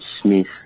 Smith